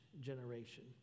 generation